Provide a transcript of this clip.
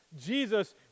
Jesus